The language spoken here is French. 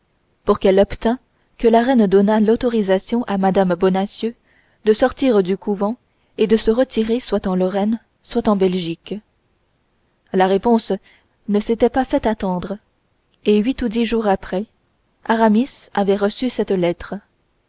pour qu'elle obtînt que la reine donnât l'autorisation à mme bonacieux de sortir du couvent et de se retirer soit en lorraine soit en belgique la réponse ne s'était pas fait attendre et huit ou dix jours après aramis avait reçu cette lettre